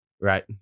Right